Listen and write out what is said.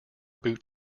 boot